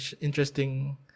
interesting